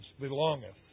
belongeth